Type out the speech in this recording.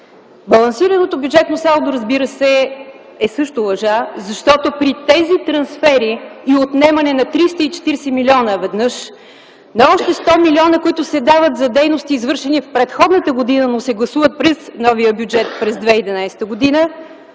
Балансираното бюджетно салдо, разбира се, е също лъжа, защото при тези трансфери и отнемане на 340 милиона – веднъж, на още 100 милиона, които се дават за дейности, извършени в предходната година, но се гласуват през новия бюджет – през 2011 г.,